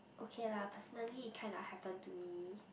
okay lah personally it kinda happened to me